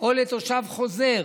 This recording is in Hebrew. או לתושב חוזר